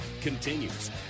continues